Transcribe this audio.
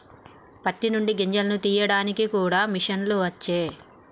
పత్తి నుండి గింజను తీయడానికి కూడా మిషన్లు వచ్చే